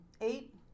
eight